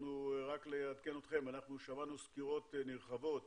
רק לעדכן אתכם, אנחנו שמענו סקירות נרחבות